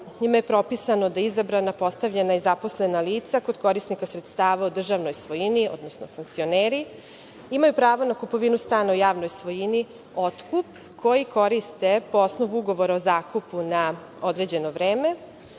zgrada propisuje da izabrana, postavljena i zaposlena lica kod korisnika sredstava u državnoj svojini, odnosno funkcioneri imaju pravo na kupovinu stana u javnoj svojini, otkup, koji koriste po osnovu ugovora o zakupu na određeno vreme,